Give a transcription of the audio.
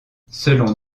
selon